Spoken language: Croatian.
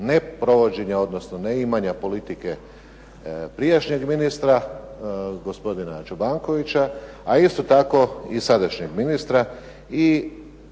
neprovođenja, odnosno neimanja politike prijašnjeg ministra gospodina Čobankovića, a isto tako i sadašnjeg ministra i